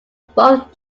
both